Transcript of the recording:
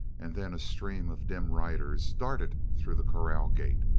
and then a stream of dim riders darted through the corral gate.